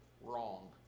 wrong